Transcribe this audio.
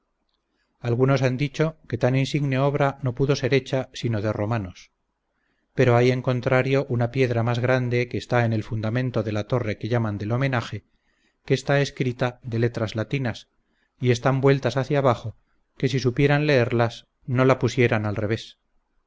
algunos han dicho que tan insigne obra no pudo ser hecha sino de romanos pero hay en contrario una piedra grande que está en el fundamento de la torre que llaman del homenaje que está escrita de letras latinas y están vueltas hacia abajo que si supieran leerlas no la pusieran al revés